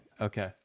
okay